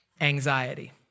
Anxiety